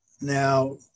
Now